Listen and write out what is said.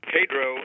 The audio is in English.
Pedro